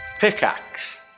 Pickaxe